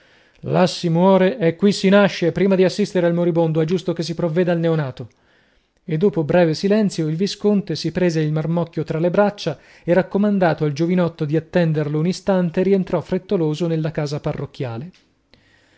là si muore e qui si nasce prima di assistere al moribondo è giusto che si provveda al neonato e dopo breve silenzio il visconte si prese il marmocchio tra le braccia e raccomandato al giovinotto di attenderlo un istante rientrò frettoloso nella casa parrocchiale